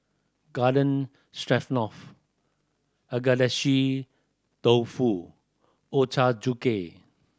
Garden Stroganoff Agedashi Dofu Ochazuke